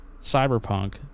Cyberpunk